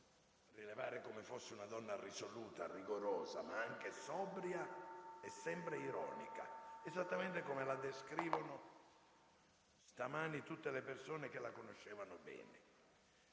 rilevare come fosse una donna risoluta e rigorosa, ma anche sobria e sempre ironica, esattamente come la descrivono stamani tutte le persone che la conoscevano bene.